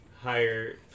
higher